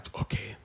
Okay